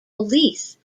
police